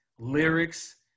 Lyrics